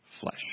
flesh